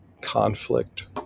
conflict